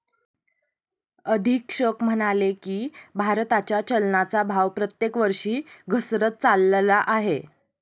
अधीक्षक म्हणाले की, भारताच्या चलनाचा भाव प्रत्येक वर्षी घसरत चालला आहे